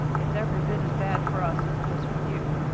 it's every bit as bad for us as it is for you,